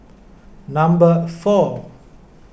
number four